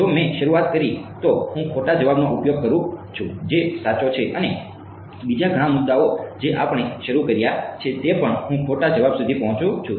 જો મેં શરૂઆત કરી તો હું ખોટા જવાબનો ઉપયોગ કરું છું જે સાચો છે અને બીજા ઘણા મુદ્દાઓ જે આપણે શરૂ કર્યા છે તે પણ હું ખોટા જવાબ સુધી પહોંચું છું